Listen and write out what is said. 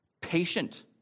patient